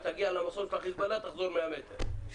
תגיע למחסום של החיזבאללה ותחזור 100 מטרים.